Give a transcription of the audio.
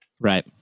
Right